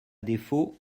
défaut